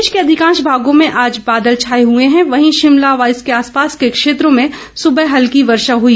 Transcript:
प्रदेश के अधिकांश भागों में आज बादल छाये हुए हैं वहीं शिमला व इसके आसपास के क्षेत्रों में सुबह हल्की वर्षा हुई